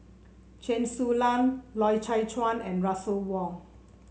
Chen Su Lan Loy Chye Chuan and Russel Wong